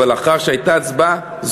לאחר שהייתה הצבעה,